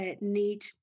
need